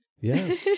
Yes